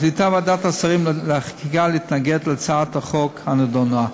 החליטה ועדת השרים לחקיקה להתנגד להצעת החוק הנדונה.